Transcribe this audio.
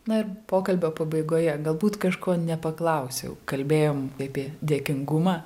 na ir pokalbio pabaigoje galbūt kažko nepaklausiau kalbėjom apie dėkingumą